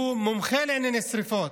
הוא מומחה לענייני שרפות,